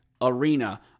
Arena